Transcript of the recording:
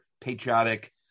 patriotic